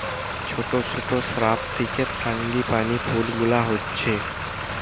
ছোট ছোট শ্রাব থিকে এই ফ্রাঙ্গিপানি ফুল গুলা হচ্ছে